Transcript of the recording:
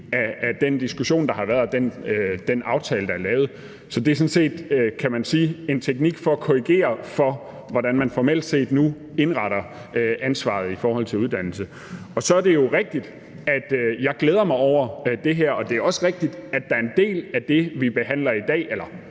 af den diskussion, der har været, og den aftale, der er lavet. Så det er sådan set en teknik for at korrigere for, hvordan man formelt set nu indretter ansvaret i forhold til uddannelse. Og så er det jo rigtigt, at jeg glæder mig over det her, og det er også rigtigt, at trepartsaftalen er mere end det, vi behandler i dag, og